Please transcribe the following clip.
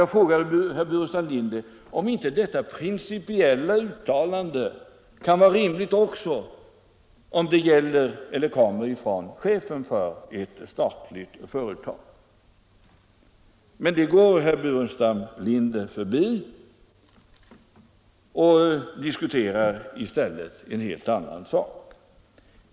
Jag frågade herr Burenstam Linder om inte detta principiella uttalande kan vara rimligt även om det kommer från chefen för ett statligt företag. Detta går herr Burenstam Linder förbi och diskuterar i stället en helt annan sak.